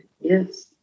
yes